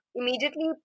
immediately